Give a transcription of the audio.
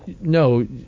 No